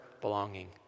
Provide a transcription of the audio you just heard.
belonging